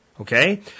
Okay